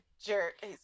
jerk